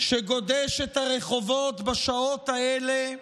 שגודש את הרחובות בשעות האלה,